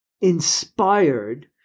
inspired